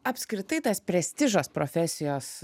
apskritai tas prestižas profesijos